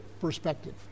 perspective